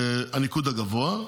הניקוד הגבוה,